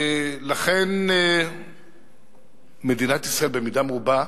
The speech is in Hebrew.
ולכן מדינת ישראל, במידה מרובה,